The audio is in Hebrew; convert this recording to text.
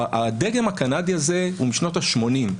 הדגם הקנדי הזה הוא משנות ה-80.